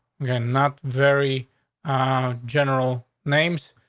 we're not very general names.